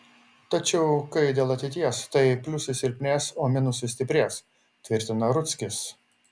tačiau kai dėl ateities tai pliusai silpnės o minusai stiprės tvirtina rudzkis